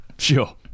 Sure